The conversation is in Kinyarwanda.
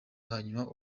hanyuma